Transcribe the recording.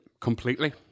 completely